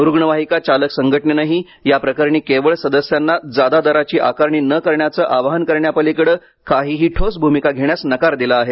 रुग्णवाहिका चालक संघटनेनंही याप्रकरणी केवळ सदस्यांना जादा दराची आकारणी न करण्याचं आवाहन करण्यापलीकडे काहीही ठोस भूमिका घेण्यास नकार दिला आहे